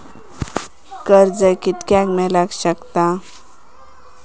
कर्ज कितक्या मेलाक शकता?